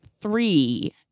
three